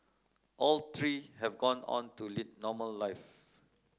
all three have gone on to lead normal life